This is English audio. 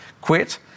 quit